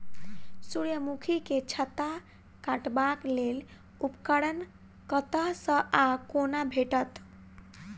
सूर्यमुखी केँ छत्ता काटबाक लेल उपकरण कतह सऽ आ कोना भेटत?